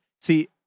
see